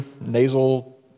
nasal